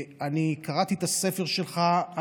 אני קראתי את הספר שלך.